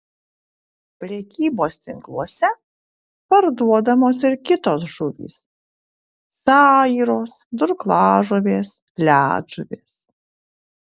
prekybos tinkluose parduodamos ir kitos žuvys sairos durklažuvės ledžuvės